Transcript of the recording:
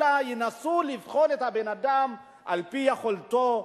אלא ינסו לבחון את הבן-אדם על-פי יכולתו,